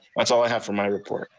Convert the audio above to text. that's all i have for my report.